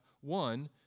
one